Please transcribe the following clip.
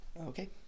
Okay